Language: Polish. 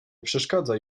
przeszkadzaj